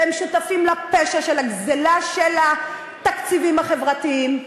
והם שותפים לפשע של הגזלה של התקציבים החברתיים,